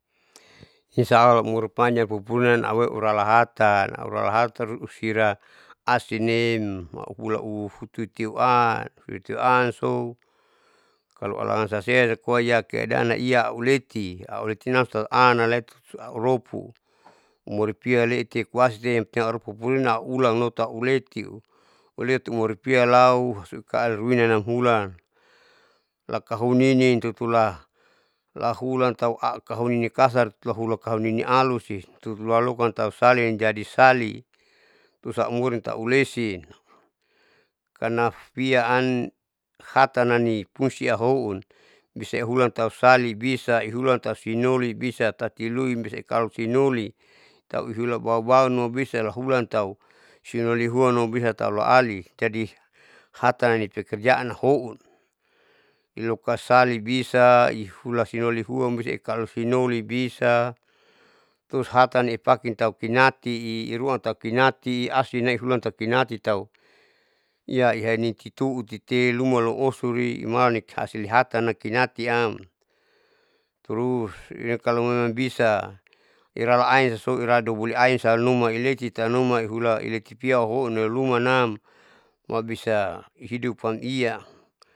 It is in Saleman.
Insaalah laumur panjang pupurinaam auweuralahatan auralahatan tiusira asinem mau ulahu hututiua lutuan so kaloalaan sasaela likoa iakeadaan laia au leti, auletina alesu auropu mori piale koasite aupupurina aulan lotauleti aureti umori pialau uhsikaan ruinanam hulan lakohoneni tutula lahulan tauala laua hakahoni nikasar, hulakamini halusti tuhula tam tausali jadisali terus aumorin taulesi karna piaan hatananipungsi hahoun bisaehulan tausali bisa ehulan tausinoli bisa tati luinbisa ikapalusinoli tauihulan baubau nubisa lahulan tau, sinolihuan obisatau hulaali jadi hatan nipekirjaan houn liokasali bisa ihula sinolihuan bisa kaloi sinolibisa, terus hatan nipaki taupinati iruan tau pinati asinle ihulan taupinati tai ihaeni titutite lumaniosi uturi nimalan niata sihatanam nihatan taniatiam terus ikalomemang bisa iralaain so iralanidobol ain iletitanuma mailetitanuma iletipia houn lumanam mabisa hidup amia.